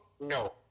No